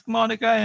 Monica